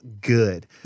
good